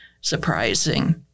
surprising